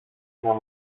γίνεις